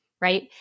right